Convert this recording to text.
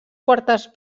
quartes